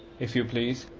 if you please,